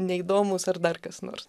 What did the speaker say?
neįdomūs ar dar kas nors